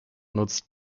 nutzt